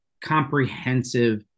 comprehensive